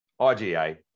IGA